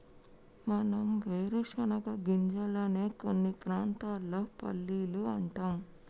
మనం వేరుశనగ గింజలనే కొన్ని ప్రాంతాల్లో పల్లీలు అంటాం